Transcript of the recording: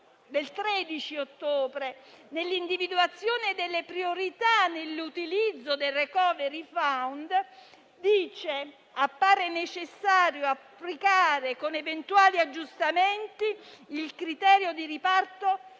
nell'individuazione delle priorità nell'utilizzo del *recovery fund*, dice che appare necessario «applicare, con eventuali aggiustamenti, il criterio di riparto